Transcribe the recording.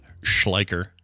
Schleicher